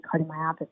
cardiomyopathy